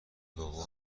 بابا